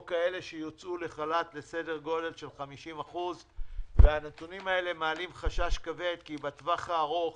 כאלו שיצאו לחל"ת - בסדר גודל של 50%. הנתונים מעלים חשש כבד כי בטווח הארוך